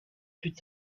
plus